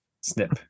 snip